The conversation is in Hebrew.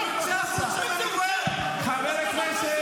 בחוץ ------ חברי הכנסת,